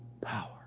power